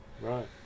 Right